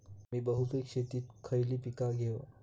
मी बहुपिक शेतीत खयली पीका घेव?